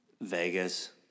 Vegas